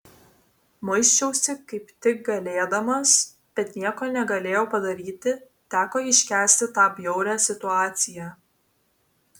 muisčiausi kaip tik galėdamas bet nieko negalėjau padaryti teko iškęsti tą bjaurią situaciją